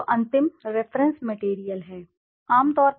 तो अंतिम reference material reference material है